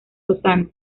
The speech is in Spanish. lozano